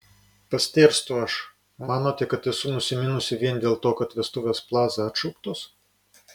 pastėrstu aš manote kad esu nusiminusi vien dėl to kad vestuvės plaza atšauktos